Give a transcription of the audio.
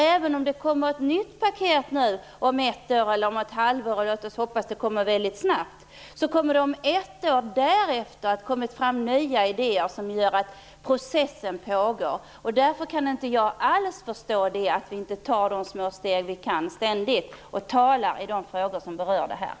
Även om det nu kommer ett nytt paket om ett år eller ett halvår, låt oss hoppas att det kommer väldigt snabbt, så kommer det att om ett år därefter ha kommit fram nya idéer som gör att processen pågår. Därför kan jag inte förstå varför vi inte ständigt tar de små steg vi kan och talar i de frågor som berör detta.